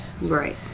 Right